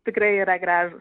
tikrai yra gražūs